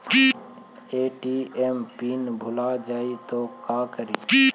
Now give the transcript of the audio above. ATM pin भुला जाए तो का करी?